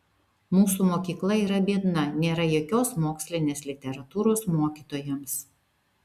mūsų mokykla yra biedna nėra jokios mokslinės literatūros mokytojams